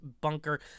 bunker